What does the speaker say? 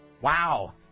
Wow